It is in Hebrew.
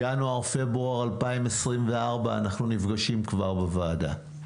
ינואר, פברואר 2024 אנחנו נפגשים כבר בוועדה.